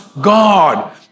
God